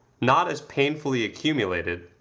not as painfully accumulated,